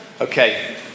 okay